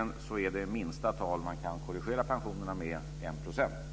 att det minsta tal som man kan korrigera pensionerna med är 1 % då man ska använda sig av balanseringen.